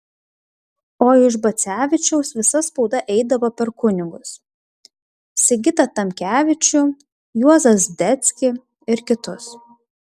o iš bacevičiaus visa spauda eidavo per kunigus sigitą tamkevičių juozą zdebskį ir kitus